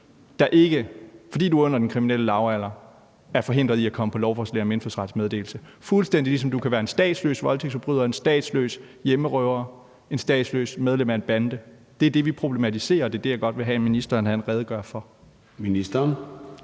der, fordi du er under den kriminelle lavalder, ikke er forhindret i at komme på lovforslaget om indfødsrets meddelelse, og fuldstændig det samme gælder, hvis du er en statsløs voldtægtsforbryder, en statsløs hjemmerøver eller en statsløs, der er medlem af en bande. Det er det, vi problematiserer, og det er det, jeg godt vil have at ministeren redegør for. Kl.